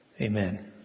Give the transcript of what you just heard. Amen